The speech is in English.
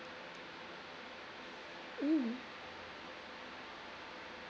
mm